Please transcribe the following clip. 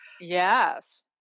Yes